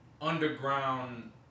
underground